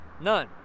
none